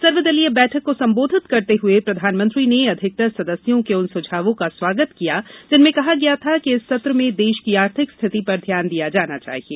सर्वदलीय बैठक को सम्बोधित करते हुए प्रधानमंत्री ने अधिकतर सदस्यों के उन सुझावों का स्वागत किया जिनमें कहा गया था कि इस सत्र में देश की आर्थिक स्थिति पर ध्यान दिया जाना चाहिए